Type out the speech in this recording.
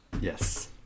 Yes